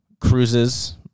cruises